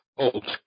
Old